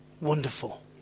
wonderful